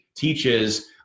teaches